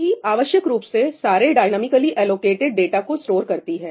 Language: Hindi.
हीप आवश्यक रूप से सारे डायनॉमिकली एलोकेटेड डाटा को स्टोर करती है